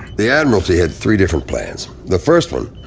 the admiralty had three different plans. the first one,